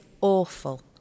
awful